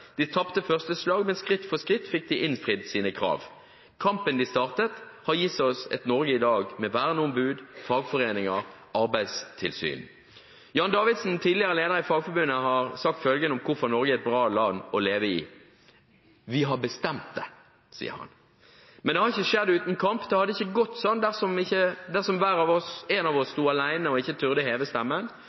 De tapte første slag, men skritt for skritt fikk de innfridd sine krav. Kampen de startet, har gitt oss et Norge i dag med verneombud, fagforeninger og arbeidstilsyn. Jan Davidsen, tidligere leder i Fagforbundet, har sagt følgende om hvorfor Norge er et bra land å leve i: Vi har bestemt det, sier han. Men det har ikke skjedd uten kamp. Det hadde ikke gått sånn dersom en av oss sto alene og ikke torde heve stemmen.